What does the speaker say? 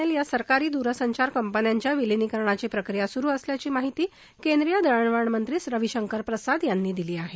L या सरकारी दूरसंचार कंपन्यांच्या विलिनीकरणाची प्रक्रिया सुरु असल्याची माहिती केंद्रीय दळणवळणमंत्री रवीशंकर प्रसाद यांनी दिली आहे